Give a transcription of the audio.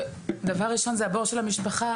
דבר ראשון זה הבור של המשפחה,